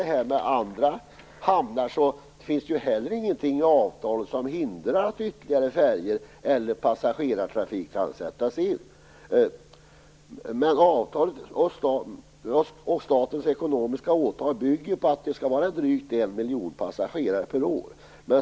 Det finns ingenting i avtalet som hindrar andra hamnar och ytterligare färje eller passagerartrafik från att sättas in. Statens ekonomiska åtagande bygger på drygt en miljon passagerare per år.